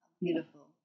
beautiful